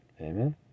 Amen